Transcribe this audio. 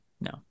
No